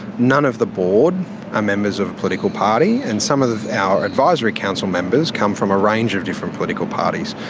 none of the board are ah members of a political party and some of our advisory council members come from a range of different political parties.